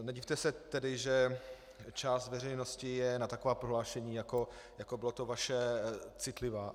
Nedivte se tedy, že část veřejnosti je na taková prohlášení, jako bylo to vaše, citlivá.